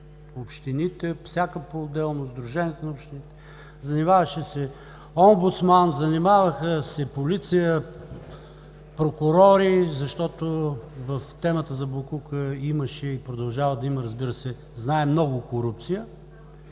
общините – всяка поотделно, Сдружението на общините, занимаваше се омбудсман, занимаваха се полиция, прокурори, защото в темата за боклука имаше и продължава да има, разбира се, знаем, много корупция,